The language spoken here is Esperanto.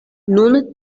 nun